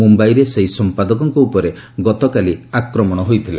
ମୁମ୍ବାଇରେ ସେହି ସମ୍ପାଦକଙ୍କ ଉପରେ ଗତକାଲି ଆକ୍ରମଣ ହୋଇଥିଲା